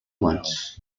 wants